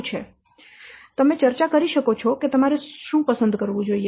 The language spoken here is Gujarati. તેથી તમે ચર્ચા કરી શકો છો કે તમારે શું પસંદ કરવું જોઈએ